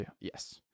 yes